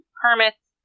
permits